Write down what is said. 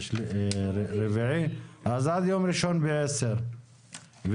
עד יום ראשון ב-10:00.